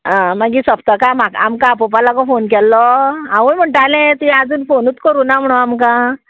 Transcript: आं मागीर सोंप्तका म्हाका आमकां आपोवपा लागो फोन केल्लो हांवूय म्हणटालें ती आजून फोनूच करुना म्हणून आमकां